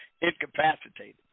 incapacitated